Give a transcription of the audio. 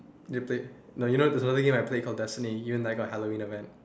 new play no you know there's another new game I played it's called destiny and even I got Halloween event